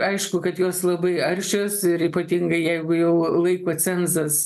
aišku kad jos labai aršios ir ypatingai jeigu jau laiko cenzas